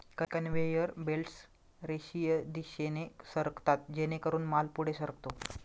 conveyor belts रेषीय दिशेने सरकतात जेणेकरून माल पुढे सरकतो